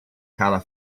colour